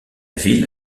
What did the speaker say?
ville